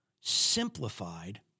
simplified